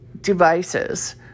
devices